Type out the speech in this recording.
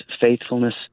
faithfulness